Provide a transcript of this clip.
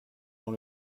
dans